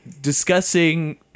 discussing